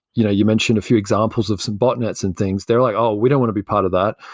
you know you mentioned a few examples of some botnets and things. they're like, oh, we don't want to be part of that.